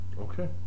Okay